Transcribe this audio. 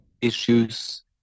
issues